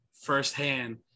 firsthand